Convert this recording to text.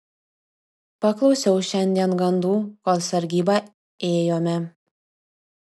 paklausiau šiandien gandų kol sargybą ėjome